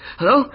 Hello